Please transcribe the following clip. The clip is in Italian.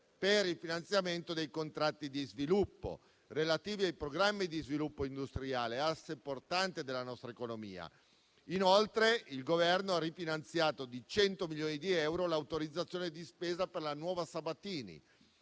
per il finanziamento dei contratti di sviluppo relativi ai programmi di sviluppo industriale, asse portante della nostra economia. Inoltre, il Governo ha rifinanziato con 100 milioni di euro l'autorizzazione di spesa per la nuova Sabatini,